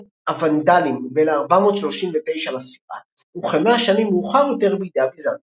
הונדלים ב-439 לספירה וכמאה שנים מאוחר יותר בידי הביזנטים.